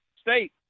State